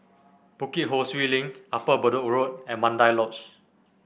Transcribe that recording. Bukit Ho Swee Link Upper Bedok Road and Mandai Lodge